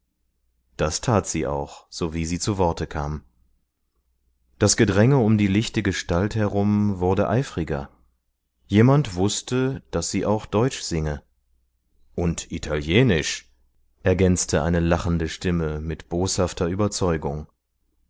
dies tat sie auch sowie sie zu worte kam das gedränge um die lichte gestalt herum wurde eifriger jemand wußte daß sie auch deutsch singe und italienisch ergänzte eine lachende stimme mit boshafter überzeugung